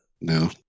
No